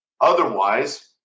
Otherwise